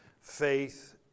faith